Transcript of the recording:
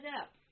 up